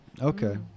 Okay